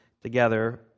together